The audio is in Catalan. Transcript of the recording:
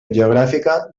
geogràfica